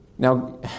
Now